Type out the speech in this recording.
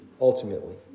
ultimately